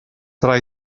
tra